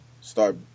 start